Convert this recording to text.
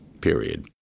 period